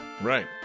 Right